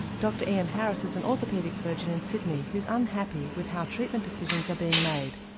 dr ian harris is an orthopaedic surgeon in sydney who's unhappy with how treatment decisions are being made,